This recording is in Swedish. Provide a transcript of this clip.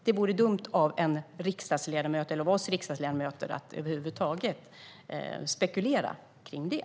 Det vore dumt av oss riksdagsledamöter att över huvud taget spekulera om det.